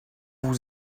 vous